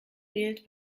fehlt